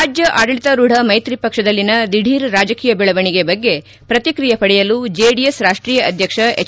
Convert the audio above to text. ರಾಜ್ಯ ಆಡಳಿತಾರೂಢ ಮೈತ್ರಿ ಪಕ್ಷದಲ್ಲಿನ ದಿಢೀರ್ ರಾಜಕೀಯ ಬೆಳವಣಿಗೆ ಬಗ್ಗೆ ಪ್ರಕಿಕ್ರಿಯೆ ಪಡೆಯಲು ಜೆಡಿಎಸ್ ರಾಷ್ಟೀಯ ಅಧ್ಯಕ್ಷ ಎಚ್